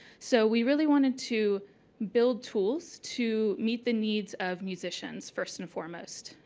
so we really wanted to build tools to meet the needs of musicians, first and foremost,